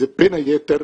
זה, בין היתר,